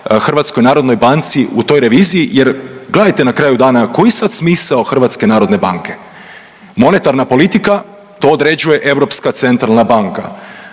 dodatnih osiguranja HNB-u u toj reviziji jer, gledajte na kraju dana, koji sad smisao HNB-a? Monetarna politika, to određuje Europska centralna banka.